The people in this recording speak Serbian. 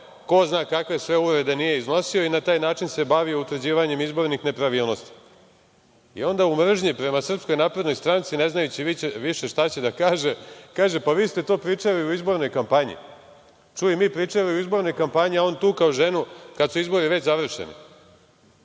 ko zna kakve sve uvrede nije iznosio i na taj način se bavio utvrđivanjem izbornih nepravilnosti i onda u mržnji prema SNS, ne znajući više šta će da kaže, pa kaže – vi ste to pričali u izbornoj kampanji. Čuj, mi pričali u izbornoj kampanji, a on tukao ženu kada su izbori već završeni. Vi